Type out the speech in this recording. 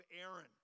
Aaron